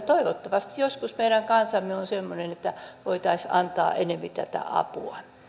toivottavasti joskus meidän kansamme on semmoinen että voitaisiin antaa enempi tätä apua